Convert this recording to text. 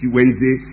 Wednesday